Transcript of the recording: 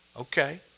Okay